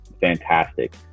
fantastic